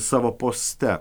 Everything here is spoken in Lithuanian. savo poste